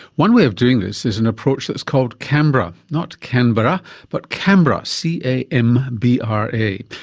one way of doing this is an approach that's called cambra, not canberra but cambra, c a m b r a.